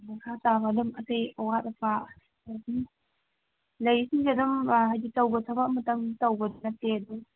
ꯃꯈꯥ ꯇꯥꯕ ꯑꯗꯨꯝ ꯑꯇꯩ ꯑꯋꯥꯠ ꯑꯄꯥ ꯂꯩꯔꯤꯁꯤꯡꯁꯦ ꯑꯗꯨꯝ ꯍꯥꯏꯗꯤ ꯇꯧꯕ ꯊꯕꯛ ꯑꯃꯇꯪ ꯇꯧꯕꯗꯤ ꯅꯠꯇꯦ ꯑꯗꯨꯝ